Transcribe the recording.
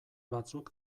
batzuk